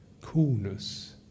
coolness